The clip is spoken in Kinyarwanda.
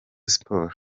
sports